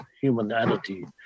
humanity